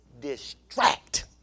distract